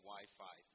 Wi-Fi